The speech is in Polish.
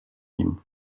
nim